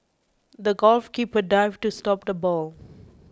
the goalkeeper dived to stop the ball